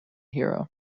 hero